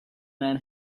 man